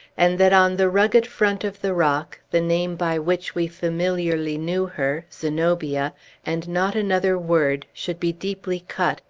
and that on the rugged front of the rock the name by which we familiarly knew her, zenobia and not another word, should be deeply cut,